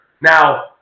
Now